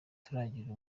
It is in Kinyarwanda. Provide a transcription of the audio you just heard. turagira